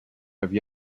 have